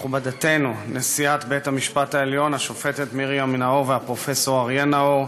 מכובדתנו נשיאת בית-המשפט העליון והפרופ' אריה נאור,